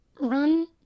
run